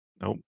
Nope